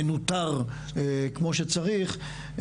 מנוטר כמו שצריך,